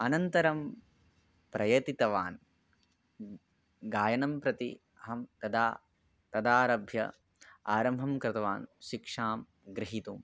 अनन्तरं प्रयतितवान् गायनं प्रति अहं तदा तदारभ्य आरम्भं कृतवान् शिक्षां ग्रहीतुं